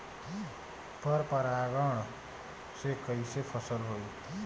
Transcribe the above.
पर परागण से कईसे फसल होई?